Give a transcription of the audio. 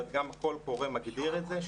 גם הקול קורא מגדיר את זה,